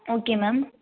okay ma'am